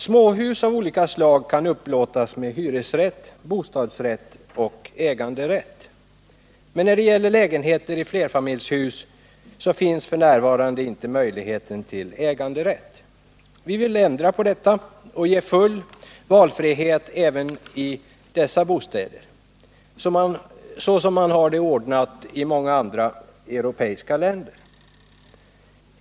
Småhus av olika slag kan upplåtas med hyresrätt, bostadsrätt eller äganderätt, men när det gäller lägenheter i flerfamiljshus finns f. n. inte möjlighet till äganderätt. Vi vill ändra på detta och ge full valfrihet även i dessa bostäder, såsom man har det ordnat i många andra europeiska länder.